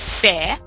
fair